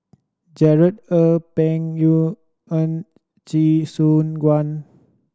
Gerard Ee Peng Yuyun Chee Soon Juan